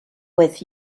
with